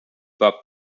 bob